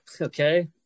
Okay